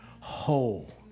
whole